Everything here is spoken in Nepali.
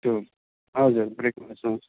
त्यो हजुर ब्रेकमा